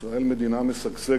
ישראל היא מדינה משגשגת.